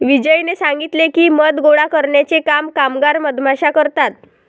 विजयने सांगितले की, मध गोळा करण्याचे काम कामगार मधमाश्या करतात